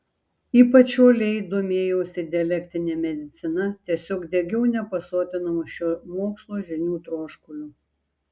ypač uoliai domėjausi dialektine medicina tiesiog degiau nepasotinamu šio mokslo žinių troškuliu